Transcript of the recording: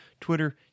Twitter